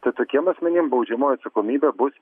tai tokiem asmenim baudžiamoji atsakomybė bus